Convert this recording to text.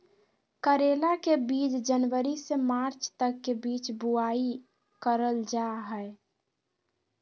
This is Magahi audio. करेला के बीज जनवरी से मार्च के बीच बुआई करल जा हय